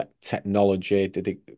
technology